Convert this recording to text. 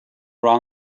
run